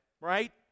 right